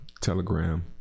Telegram